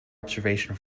observation